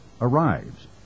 arrives